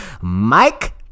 Mike